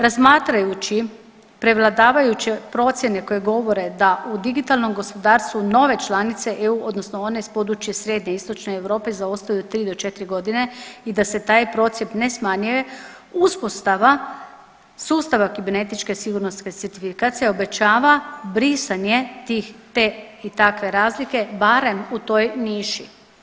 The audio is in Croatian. Razmatrajući prevladavajuće procjene koje govore da u digitalnom gospodarstvu nove članice EU, odnosno one s područja srednje i istočne Europe zaostaju 3 do 4 godine i da se taj procjep ne smanjuje, uspostava sustava kibernetičke sigurnosne certifikacije obećava brisanje tih, te i takve razlike barem u toj niši.